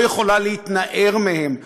לא יכולה להתנער מהם.